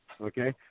Okay